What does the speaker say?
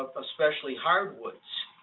especially hardwoods.